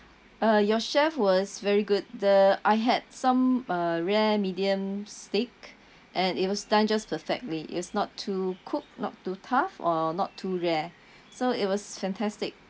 uh your chef was very good the I had some uh rare medium steak and it was done just perfectly it was not too cooked not too tough or not too rare so it was fantastic